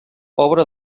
obra